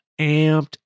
amped